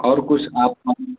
اور کچھ آپ